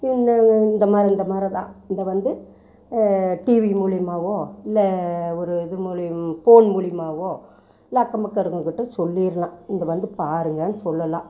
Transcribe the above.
இந்த இந்த மாதிரி இந்த மாதிரிலாம் இதை வந்து டிவி மூலிமாவோ இல்லை ஒரு இது மூலியம் போன் மூலிமாவோ இல்லை அக்கம் பக்கம் இருக்கவங்ககிட்ட சொல்லிடலாம் இதை வந்து பாருங்கன்னு சொல்லலாம்